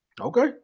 Okay